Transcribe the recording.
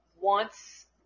wants